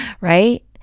Right